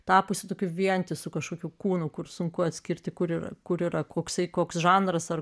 tapusi tokiu vientisu kažkokiu kūnu kur sunku atskirti kur yra kur yra koksai koks žanras ar